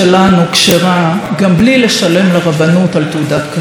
היהדות שלנו כשרה גם בלי לשלם לרבנות על תעודת כשרות.